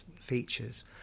features